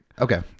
okay